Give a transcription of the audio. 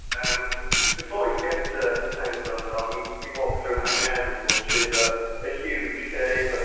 and before you get to hang son doong you you walk through hang en, which is a ah huge cave. but